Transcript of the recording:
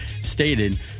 stated